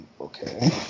okay